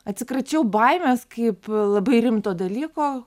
atsikračiau baimės kaip labai rimto dalyko